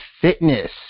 fitness